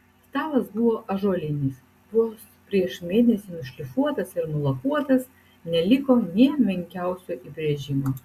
stalas buvo ąžuolinis vos prieš mėnesį nušlifuotas ir nulakuotas neliko nė menkiausio įbrėžimo